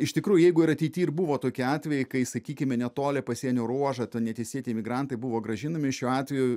iš tikrųjų jeigu ir ateity ir buvo tokie atvejai kai sakykime netoli pasienio ruožo tie neteisėti imigrantai buvo grąžinami šiuo atveju